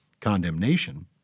condemnation